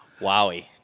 Wowie